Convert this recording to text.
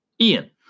Ian